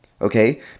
okay